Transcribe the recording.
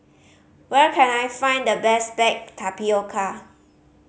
where can I find the best baked tapioca